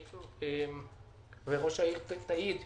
וראש העיר תעיד,